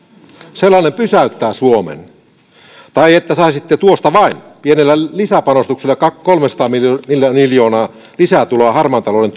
sellainen pysäyttää suomen tai että saisitte tuosta vain pienellä lisäpanostuksella kolmesataa miljoonaa lisää tuloa harmaan talouden